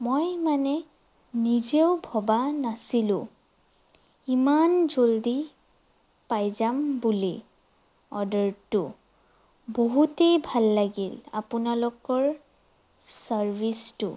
মই মানে নিজেও ভবা নাছিলোঁ ইমান জল্দি পাই যাম বুলি অৰ্ডাৰটো বহুতেই ভাল লাগিল আপোনালোকৰ ছাৰ্ভিচটো